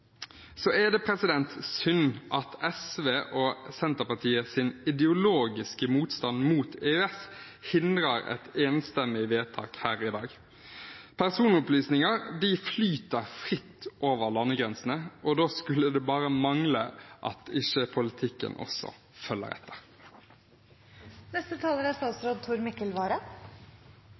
Det er synd at SV og Senterpartiets ideologiske motstand mot EØS hindrer et enstemmig vedtak her i dag. Personopplysninger flyter fritt over landegrensene, og da skulle det bare mangle at ikke politikken også følger etter. Et godt personvern er